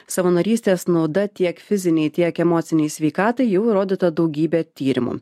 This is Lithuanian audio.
savanorystės nauda tiek fizinei tiek emocinei sveikatai jau įrodyta daugybe tyrimu